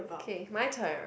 K my turn